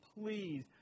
please